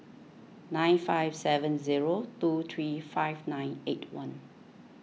nine five seven zero two three five nine eight one